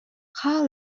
хаал